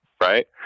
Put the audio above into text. right